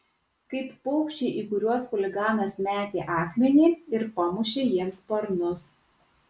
kaip paukščiai į kuriuos chuliganas metė akmenį ir pamušė jiems sparnus